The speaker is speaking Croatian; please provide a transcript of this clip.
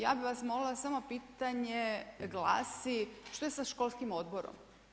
Ja bih vas molila samo pitanje glasi: što je sa školskim odborom?